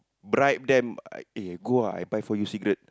bribe them I eh go ah I buy for you cigarette